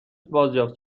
بازیافت